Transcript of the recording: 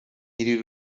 iri